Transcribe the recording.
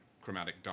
chromatic